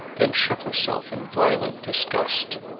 then shook herself in violent disgust,